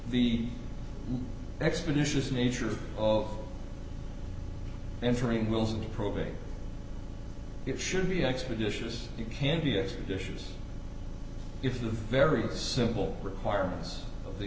the expeditious nature of entering wills and proving it should be expeditious you can be expeditious if the very simple requirements of the